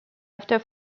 after